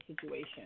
situation